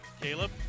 Caleb